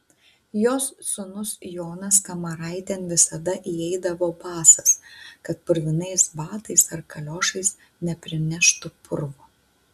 jos sūnus jonas kamaraitėn visada įeidavo basas kad purvinais batais ar kaliošais neprineštų purvo